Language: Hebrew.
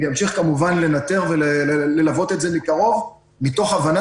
ימשיך לנטר וללוות את זה מקרוב מתוך הבנה